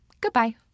goodbye